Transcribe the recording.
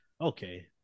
Okay